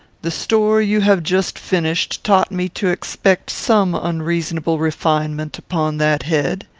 the story you have just finished taught me to expect some unreasonable refinement upon that head.